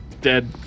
dead